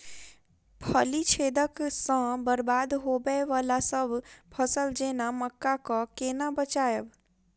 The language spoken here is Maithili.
फली छेदक सँ बरबाद होबय वलासभ फसल जेना मक्का कऽ केना बचयब?